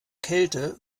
kälte